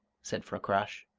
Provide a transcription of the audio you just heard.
said fakrash.